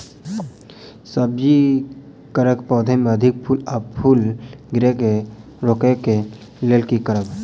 सब्जी कऽ पौधा मे अधिक फूल आ फूल गिरय केँ रोकय कऽ लेल की करब?